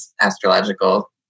astrological